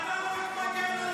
--- ראש הממשלה,